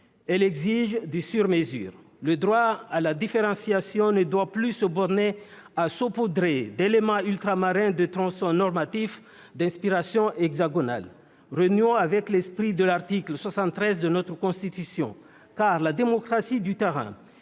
elle exige du sur-mesure. Le droit à la différenciation ne doit plus se borner à saupoudrer d'éléments ultramarins des tronçons normatifs d'inspiration hexagonale. Renouons avec l'esprit de l'article 73 de notre Constitution, car il n'est pas